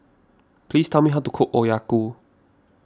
please tell me how to cook